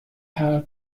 hell